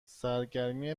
سرگرمی